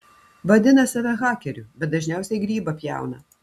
vadina save hakeriu bet dažniausiai grybą pjauna